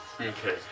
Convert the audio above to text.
Okay